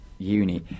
uni